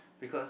because